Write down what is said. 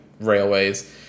railways